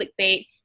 clickbait